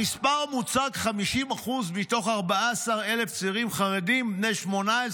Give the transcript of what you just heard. המספר המוצג הוא 50% מתוך 14,000 צעירים חרדים בני 18,